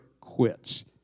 quits